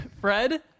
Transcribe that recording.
Fred